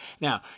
Now